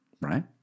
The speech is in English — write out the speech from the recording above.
right